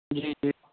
جی جی